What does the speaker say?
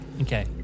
Okay